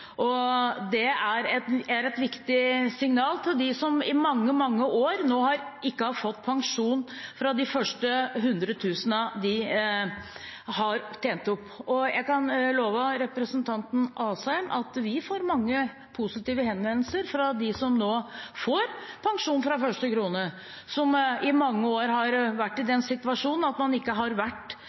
og det er et viktig signal til dem som i mange, mange år ikke har fått pensjon fra de første 100 000 kr de har tjent opp. Jeg kan love representanten Asheim at vi får mange positive henvendelser fra dem som nå får pensjon fra første krone, som i mange år har vært i den situasjonen at de ikke har